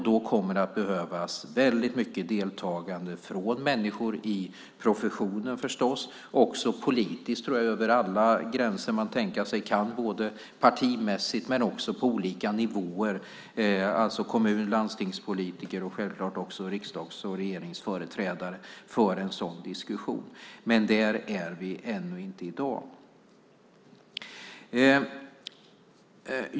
Då kommer det att behövas väldigt mycket deltagande från människor i professionen, förstås, och också politiskt, tror jag, över alla gränser man kan tänka sig. Jag tänker på partimässiga gränser men också på olika nivåer. Kommunpolitiker, landstingspolitiker och självklart också riksdags och regeringsföreträdare behöver då föra en sådan diskussion, men där är vi inte i dag.